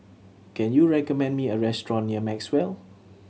can you recommend me a restaurant near Maxwell